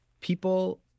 people